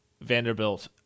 Vanderbilt